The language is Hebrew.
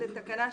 לתקנה 12(ב).